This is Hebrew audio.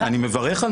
אני מברך.